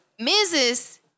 Mrs